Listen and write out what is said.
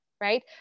right